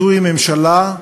זוהי ממשלה,